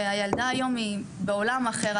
והילדה היום היא בעולם אחר.